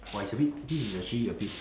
!wah! it's a bit this is actually a bit